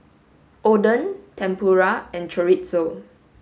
Oden Tempura and Chorizo